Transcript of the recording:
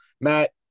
matt